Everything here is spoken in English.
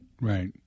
Right